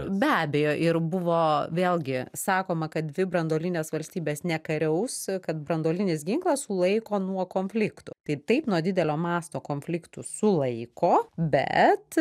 be abejo ir buvo vėlgi sakoma kad dvi branduolinės valstybės nekariaus kad branduolinis ginklas sulaiko nuo konfliktų tai taip nuo didelio masto konfliktų sulaiko bet